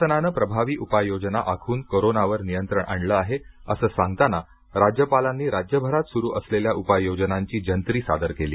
शासनानं प्रभावी उपाययोजना आखून कोरोनावर नियंत्रण आणलं आहे असं सांगताना राज्यपालांनी राज्यभरात सुरू असलेल्या उपाययोजनांची जंत्री सादर केली